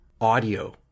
audio